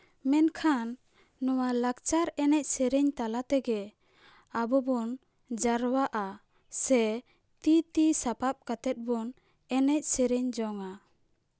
ᱢᱮᱱᱠᱷᱟᱱ ᱱᱚᱣᱟ ᱞᱟᱠᱪᱟᱨ ᱮᱱᱮᱡ ᱥᱮᱨᱮᱧ ᱛᱟᱞᱟ ᱛᱮᱜᱮ ᱟᱵᱚ ᱵᱚᱱ ᱡᱟᱨᱣᱟᱜᱼᱟ ᱥᱮ ᱛᱤ ᱛᱤ ᱥᱟᱯᱟᱯ ᱠᱟᱛᱮᱜ ᱵᱚᱱ ᱮᱱᱮᱡ ᱥᱮᱨᱮᱧ ᱡᱚᱝᱼᱟ